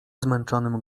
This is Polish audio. zmęczonym